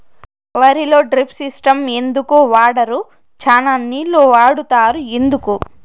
వరిలో drip system ఎందుకు వాడరు? చానా నీళ్లు వాడుతారు ఎందుకు?